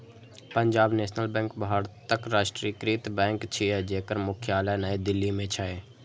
Punjab national bank भारतक राष्ट्रीयकृत bank छियै, जेकर मुख्यालय नई दिल्ली मे छै